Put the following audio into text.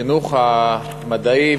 החינוך המדעי,